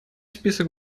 список